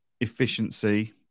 efficiency